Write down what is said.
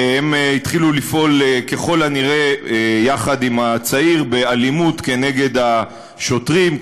והם התחילו לפעול ככל הנראה יחד עם הצעיר באלימות כנגד השוטרים,